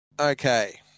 Okay